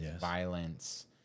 violence